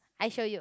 I show you